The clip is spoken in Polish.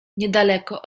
niedaleko